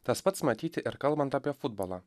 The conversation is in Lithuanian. tas pats matyti ir kalbant apie futbolą